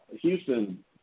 Houston